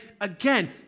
again